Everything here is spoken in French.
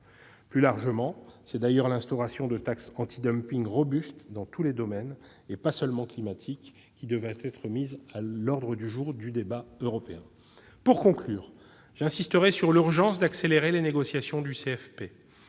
Plus largement, c'est l'instauration de taxes anti-dumping robustes dans tous les domaines, et pas seulement celui du climat, qui devrait être mise à l'ordre du jour européen. Pour conclure, j'insisterai sur l'urgence d'accélérer les négociations sur le CFP.